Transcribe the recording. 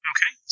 Okay